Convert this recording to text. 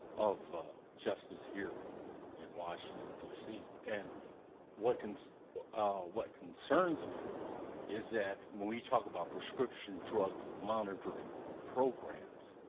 of justice here in washington, d c. and what concerns ah what concerns me is that when we talk about prescription drug monitoring programs,